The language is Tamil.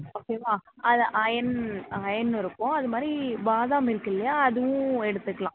ஓகேவா அதில் அயன் அயன் இருக்கும் அதுமாதிரி பாதாம் இருக்குதுல்லையா அதுவும் எடுத்துக்கலாம்